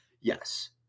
yes